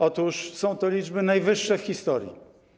Otóż są to liczby największe w historii.